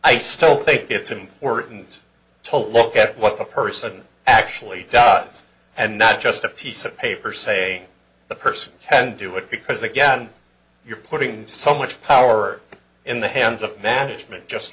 i still think it's important to look at what the person actually does and not just a piece of paper saying the person can do it because again you're putting so much power in the hands of management just